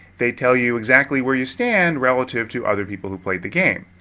they tell you exactly where you stand relative to other people who played the game.